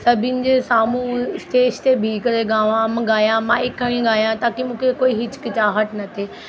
सभिनि जे साम्हूं स्टेज ते बीह करे गांवा मां गायां माइक खणी गायां ताकी मूंखे कोई हिचकिचाहट न थिए